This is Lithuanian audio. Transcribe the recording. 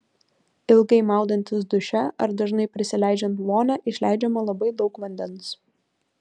ilgai maudantis duše ar dažnai prisileidžiant vonią išleidžiama labai daug vandens